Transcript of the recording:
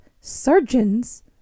surgeons